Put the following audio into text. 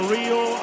Rio